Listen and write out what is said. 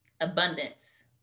abundance